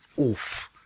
Oof